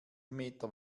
meter